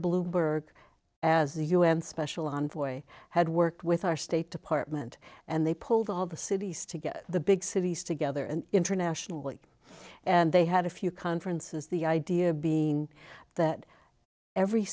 bloomberg as the u n special envoy had worked with our state department and they pulled all the cities to get the big cities together and internationally and they had a few conferences the idea being that every